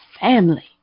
family